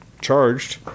charged